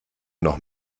noch